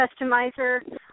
customizer